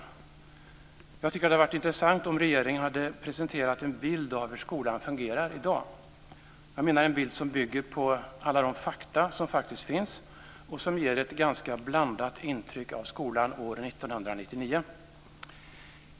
Jag tycker att det hade varit intressant om regeringen hade presenterat en bild av hur skolan fungerar i dag. Jag menar en bild som bygger på alla de fakta som faktiskt finns och som ger ett ganska blandat intryck av skolan år 1999.